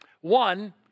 One